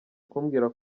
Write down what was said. kumbwira